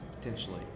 potentially